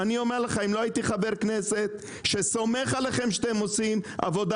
אם לא הייתי חבר כנסת שסומך עליכם שאתם עושים עבודה